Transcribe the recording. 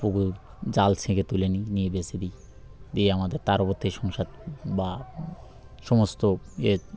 পুকুর জাল ছেকে তুলে নি নিয়ে বেসে দিই দিয়ে আমাদের তার ওরতে সংসার বা সমস্ত ইয়ে